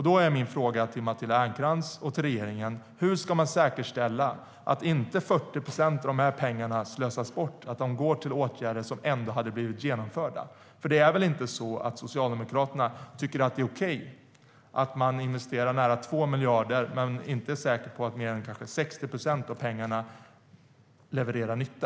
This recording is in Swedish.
Då är min fråga till Matilda Ernkrans och regeringen: Hur ska man säkerställa att inte 40 procent av pengarna slösas bort och går till åtgärder som ändå hade blivit genomförda? Det är väl inte så att Socialdemokraterna tycker att det är okej att man investerar nära 2 miljarder men inte är säker på att mer än kanske 60 procent pengarna levererar nytta?